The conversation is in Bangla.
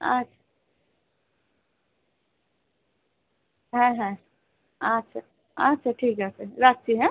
আচ্ছা হ্যাঁ হ্যাঁ আচ্ছা আচ্ছা ঠিক আছে রাখছি হ্যাঁ